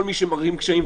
כל מי שמערים קשיים,